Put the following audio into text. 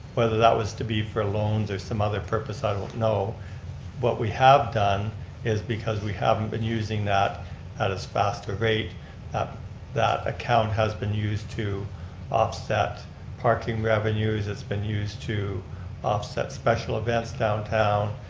whether that was to be for loans or some other purpose, i don't know, but what we have done is because we haven't been using that at as fast a rate that that account has been used to offset parking revenues, it's been used to offset special events downtown,